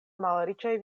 malriĉaj